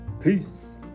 peace